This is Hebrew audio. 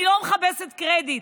אני לא מחפשת קרדיט.